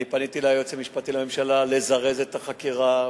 אני פניתי ליועץ המשפטי לממשלה לזרז את החקירה,